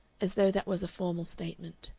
as though that was a formal statement.